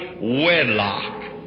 wedlock